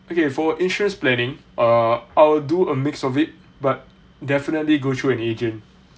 okay for insurance planning uh I'll do a mix of it but definitely go through an agent